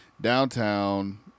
downtown